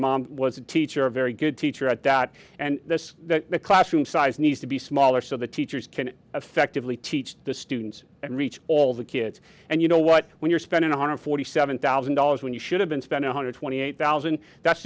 mom was a teacher a very good teacher at that and the classroom size needs to be smaller so the teachers can effectively teach the students and reach all the kids and you know what when you're spending one hundred forty seven thousand dollars when you should have been spent one hundred twenty eight thousand that's